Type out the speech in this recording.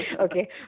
Okay